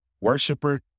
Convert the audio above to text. worshiper